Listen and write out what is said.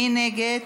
מי נגד?